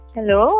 Hello